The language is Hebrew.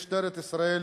ממשטרת ישראל